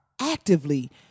actively